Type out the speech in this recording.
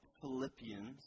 Philippians